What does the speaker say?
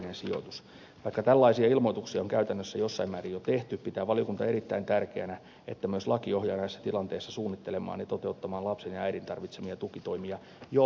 vaikka tällaisia ilmoituksia on käytännössä jossain määrin jo tehty pitää valiokunta erittäin tärkeänä että myös laki ohjaa näissä tilanteissa suunnittelemaan ja toteuttamaan lapsen ja äidin tarvitsemia tukitoimia jo raskauden aikana